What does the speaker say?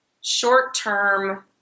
short-term